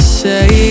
say